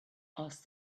asked